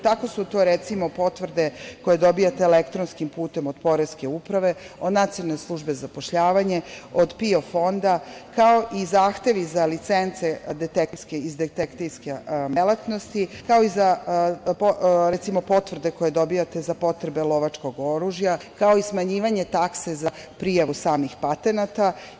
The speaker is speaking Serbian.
Tako su to, recimo, potvrde koje dobijate elektronskim putem od Poreske uprave, od Nacionalne službe za zapošljavanje, od PIO fonda, kao i zahtevi za licence iz detektivske delatnosti, potvrde koje dobijate za potrebe lovačkog oružja, kao i smanjivanje takse za prijavu samih patenata.